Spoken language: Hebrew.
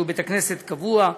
שהוא בית-הכנסת קבוע,